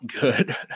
good